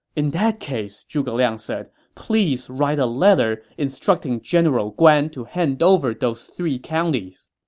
in that case, zhuge liang said, please write a letter instructing general guan to hand over those three counties.